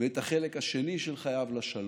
ואת החלק השני של חייו, לשלום.